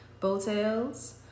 bowtails